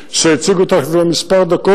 שהציג אותך לפני כמה דקות,